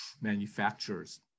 manufacturers